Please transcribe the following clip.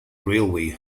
railway